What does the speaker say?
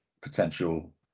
potential